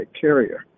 carrier